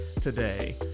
today